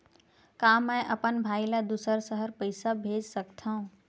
का मैं अपन भाई ल दुसर शहर पईसा भेज सकथव?